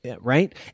right